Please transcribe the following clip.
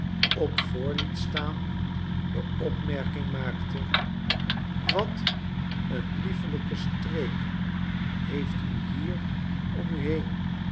op voor liet staan de opmerking maakte wat n liefelijke streek heeft u hier om u heen